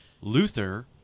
luther